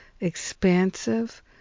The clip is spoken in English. expansive